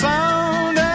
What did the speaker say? sound